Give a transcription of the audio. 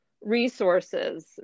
resources